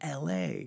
LA